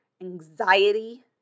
anxiety